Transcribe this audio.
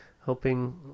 hoping